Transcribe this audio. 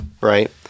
right